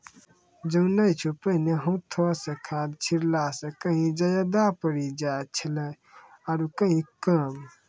जानै छौ पहिने हाथों स खाद छिड़ला स कहीं ज्यादा पड़ी जाय छेलै आरो कहीं कम